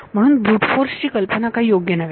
म्हणून brute force ची कल्पना काही योग्य नव्हे